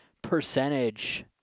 percentage